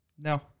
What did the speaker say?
No